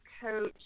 Coach